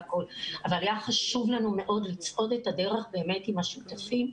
אבל היה חשוב לנו מאוד לצעוד את הדרך באמת עם השותפים,